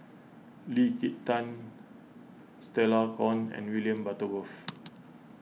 Lee Kin Tat Stella Kon and William Butterworth